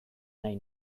nahi